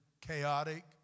chaotic